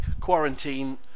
quarantine